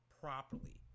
properly